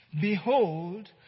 behold